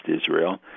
Israel